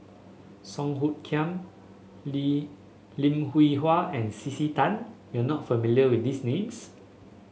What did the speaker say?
Song Hoot Kiam Li Lim Hwee Hua and C C Tan you are not familiar with these names